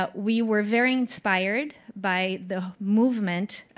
but we were very inspired by the movement